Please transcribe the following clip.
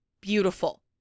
beautiful